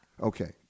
Okay